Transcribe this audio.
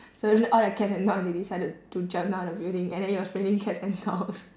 so all the cats and dogs they decided to jump down the building and then it was raining cats and dogs